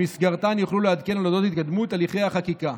במסגרתן יוכלו לעדכן אודות התקדמות הליכי החקיקה.